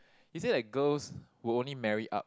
he say like girls will only marry up